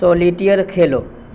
solitaire Khelo